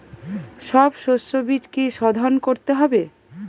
সব শষ্যবীজ কি সোধন করতে হবে?